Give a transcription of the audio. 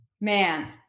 man